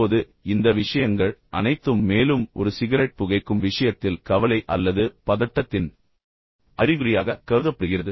இப்போது இந்த விஷயங்கள் அனைத்தும் மேலும் ஒரு சிகரெட் புகைக்கும் விஷயத்தில் கவலை அல்லது பதட்டத்தின் அறிகுறியாக கருதப்படுகிறது